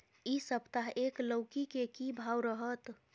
इ सप्ताह एक लौकी के की भाव रहत?